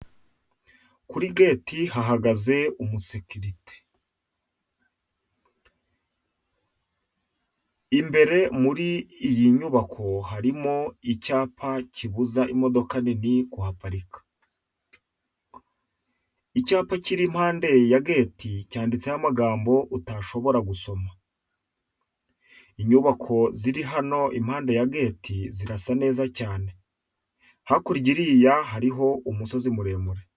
Kuri geti hahagaze umusekirite, imbere muri iyi nyubako harimo icyapa kibuza imodoka nini kuhaparika, icyapa kiri impande ya geti cyanditseho amagambo utashobora gusoma. Inyubako ziri hano impande ya geti zirasa neza cyane, hakurya iriya hariho umusozi muremure.